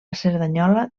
cerdanyola